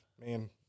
man